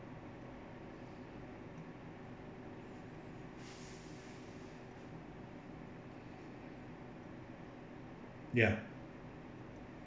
ya